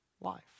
life